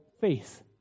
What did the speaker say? faith